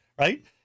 right